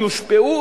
יושפעו,